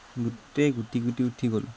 গোটেই গুটি গুটি উঠি গ'ল